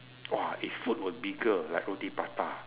!wah! if food were bigger like roti prata